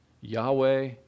Yahweh